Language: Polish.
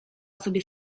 sobie